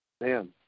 Man